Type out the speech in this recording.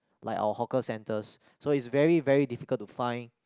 like our hawker centres so is very very difficult to find